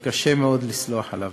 שקשה מאוד לסלוח עליו.